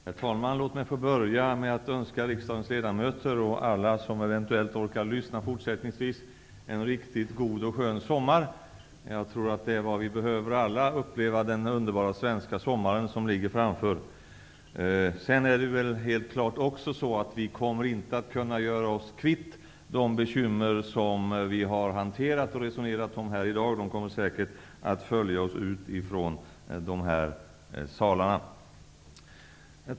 Herr talman! Låt mig få börja med att önska riksdagens ledamöter och alla som eventuellt orkar lyssna fortsättningsvis, en riktigt god och skön sommar. Jag tror att vi alla behöver uppleva den underbara svenska sommaren som ligger framför oss. Vi kommer helt klart inte att kunna göra oss kvitt de bekymmer som vi har hanterat och resonerat om i dag. De kommer säkert att följa oss ut från de här salarna.